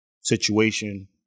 situation